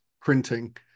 printing